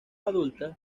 adulta